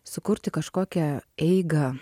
sukurti kažkokią eigą